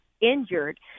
injured